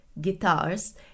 guitars